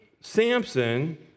Samson